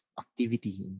activity